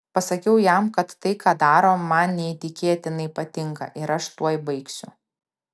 pasakiau jam kad tai ką daro man neįtikėtinai patinka ir aš tuoj baigsiu